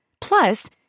Plus